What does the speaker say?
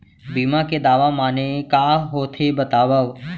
बीमा के दावा माने का होथे बतावव?